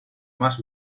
más